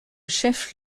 chef